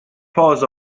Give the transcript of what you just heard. paws